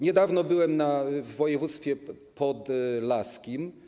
Niedawno byłem w województwie podlaskim.